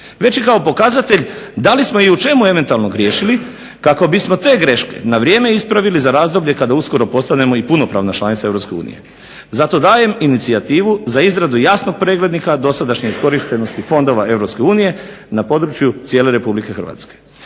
već i kao pokazatelj da li smo i u čemu eventualno griješili kako bismo te greške na vrijeme ispravili za razdoblje kada uskoro postanemo i punopravna članica EU. Zato dajem inicijativu za izradu jasnog preglednika dosadašnje iskorištenosti fondova EU na području cijele RH.